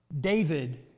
David